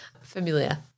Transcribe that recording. familiar